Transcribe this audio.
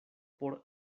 por